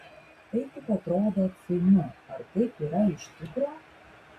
tai tik atrodo atsainu ar taip yra iš tikro